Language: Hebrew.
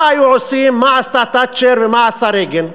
מה היו עושים, מה עשתה תאצ'ר ומה עשה רייגן?